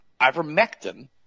ivermectin